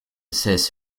assess